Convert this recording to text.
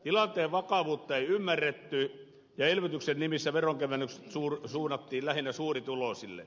tilanteen vakavuutta ei ymmärretty ja elvytyksen nimissä veronkevennykset suunnattiin lähinnä suurituloisille